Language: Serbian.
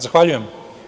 Zahvaljujem.